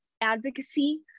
advocacy